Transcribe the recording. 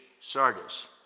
Sardis